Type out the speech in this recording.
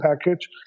package